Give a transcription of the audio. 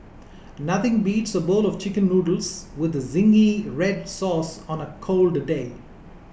nothing beats a bowl of Chicken Noodles with Zingy Red Sauce on a cold day